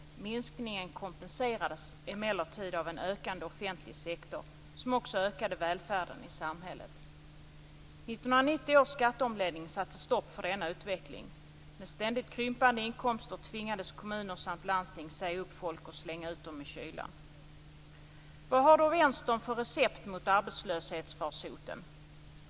Minskningen kompenserades emellertid av en ökande offentlig sektor, som också ökade välfärden i samhället. 1990 års skatteomläggning satte stopp för denna utveckling. Med ständigt krympande inkomster tvingades kommuner samt landsting säga upp folk och slänga ut dem i kylan. Vad har då Vänstern för recept mot arbetslöshetsfarsoten?